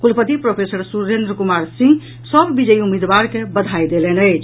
कुलपति प्रोफेसर सुरेंद्र कुमार सिंह सभ विजयी उम्मीदवार के बधाई देलनि अछि